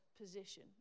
position